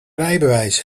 rijbewijs